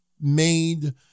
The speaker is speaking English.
made